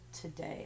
today